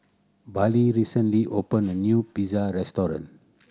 Bailee recently opened a new Pizza Restaurant